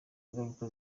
ingaruka